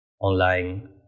online